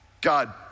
God